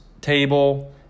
table